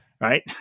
right